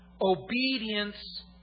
Obedience